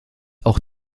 auch